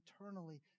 eternally